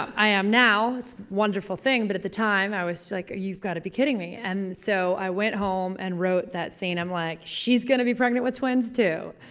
i am now. it's a wonderful thing, but at the time i was like, you've got to be kidding me and so i went home and wrote that scene. i'm like she's gonna be pregnant with twins too!